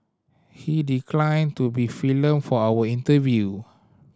he declined to be filmed for our interview